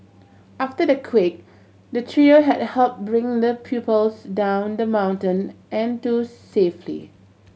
after the quake the trio had helped bring the pupils down the mountain and to safely